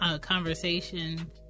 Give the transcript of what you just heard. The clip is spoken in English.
conversation